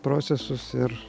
procesus ir